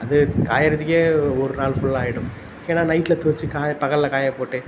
அது காய்கிறத்துக்கே ஒரு நாள் ஃபுல்லாக ஆகிடும் ஏன்னால் நைட்டில் துவச்சி காய பகலில் காய போட்டு